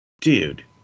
dude